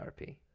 RP